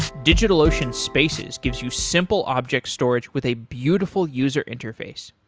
digitalocean spaces gives you simple object storage with a beautiful user interface.